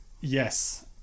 Yes